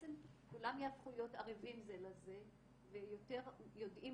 בעצם כולם יהפכו להיות ערבים זה לזה ויותר יודעים